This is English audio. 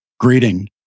Greeting